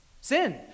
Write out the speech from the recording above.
Sin